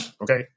Okay